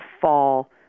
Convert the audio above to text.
fall